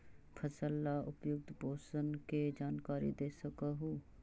फसल ला उपयुक्त पोषण के जानकारी दे सक हु?